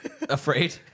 afraid